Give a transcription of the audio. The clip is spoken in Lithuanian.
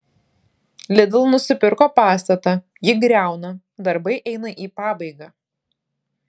lidl nusipirko pastatą jį griauna darbai eina į pabaigą